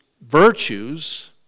virtues